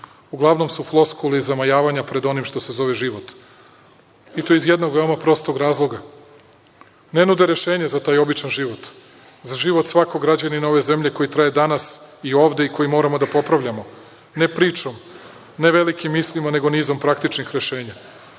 uglavnom su foskule i zamajavanja pred onim što se zove život. I, to iz jedno veoma prostog razloga, ne nude rešenja za taj običan život, za život svakog građanina ove zemlje koji traje danas i ovde i koji moramo da popravljamo, ne pričom, ne velikim mislima nego nizom praktičnih rešenja.